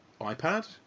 iPad